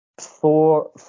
four